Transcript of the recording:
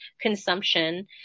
consumption